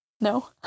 no